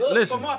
Listen